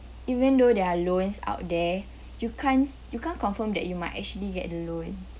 even though there are loans out there you can't you can't confirm that you might actually get the loan